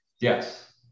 Yes